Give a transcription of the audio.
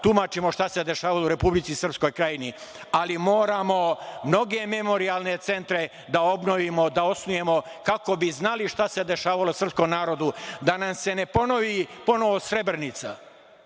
tumačimo šta se dešavalo u Republici Srpskoj Krajini, ali moramo mnoge memorijalne centre da obnovimo, da osnujemo kako bi znali šta se dešavalo srpskom narodu, da nam se ne ponovi ponovo Srebrenica. Vidite